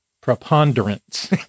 preponderance